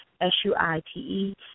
S-U-I-T-E